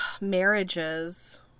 Marriages